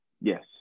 Yes